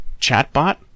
chatbot